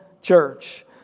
Church